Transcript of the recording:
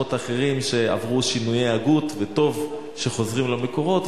שמות אחרים שעברו שינויי הגייה וטוב שחוזרים למקורות.